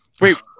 Wait